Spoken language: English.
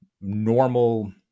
normal